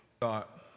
Thought